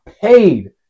paid